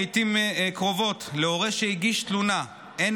לעיתים קרובות להורה שהגיש תלונה אין